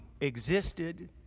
existed